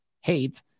hate